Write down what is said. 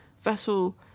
vessel